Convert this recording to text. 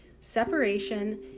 Separation